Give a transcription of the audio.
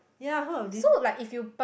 ya heard of this